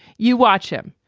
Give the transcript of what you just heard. you watch him.